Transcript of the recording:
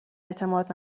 اعتماد